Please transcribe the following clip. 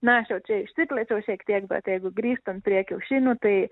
na aš jau čia išsiplėčiau šiek tiek bet jeigu grįžtam prie kiaušinių tai